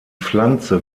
pflanze